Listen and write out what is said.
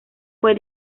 fue